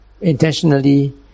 intentionally